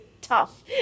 tough